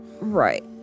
Right